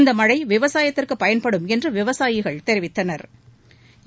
இந்த மழை விவசாயத்திற்கு பயன்படும் என்று விவசாயிகள் தெரிவித்தனா்